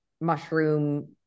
mushroom